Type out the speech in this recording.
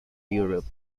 europe